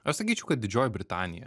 aš sakyčiau kad didžioji britanija